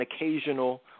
occasional